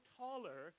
taller